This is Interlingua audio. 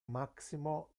maximo